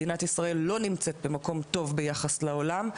מדינת ישראל לא נמצאת במקום טוב ביחס לעולם,